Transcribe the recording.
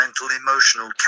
mental-emotional